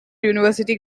university